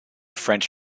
french